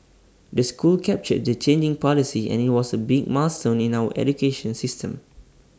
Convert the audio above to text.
the school captured the changing policy and IT was A big milestone in our education system